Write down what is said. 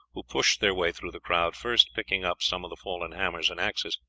who pushed their way through the crowd, first picking up some of the fallen hammers and axes.